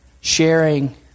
sharing